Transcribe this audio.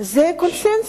זה קונסנזוס.